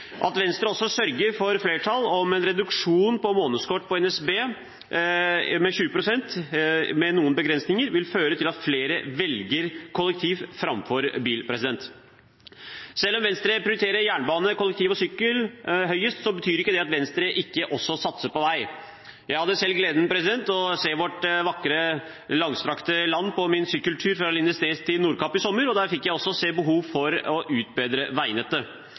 At Venstre også sørger for flertall for en reduksjon på månedskort hos NSB med 20 pst., med noen begrensninger, vil føre til at flere velger kollektivløsning framfor bil. Selv om Venstre prioriterer jernbane, kollektivtrafikk og sykkel høyest, betyr ikke det at Venstre ikke også satser på vei. Jeg hadde selv gleden av å se vårt vakre langstrakte land på min sykkeltur fra Lindesnes til Nordkapp i sommer, og der fikk jeg også se behovet for å utbedre veinettet.